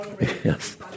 Yes